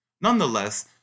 Nonetheless